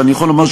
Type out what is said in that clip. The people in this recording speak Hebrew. אני יכול לומר,